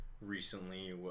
Recently